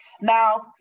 Now